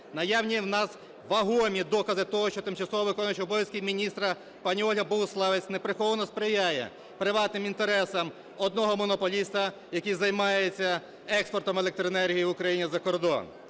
Наявні в нас вагомі докази того, що тимчасово виконуюча обов'язки міністра пані Ольга Буславець неприховано сприяє приватним інтересам одного монополіста, який займається експортом електроенергії в України за кордон.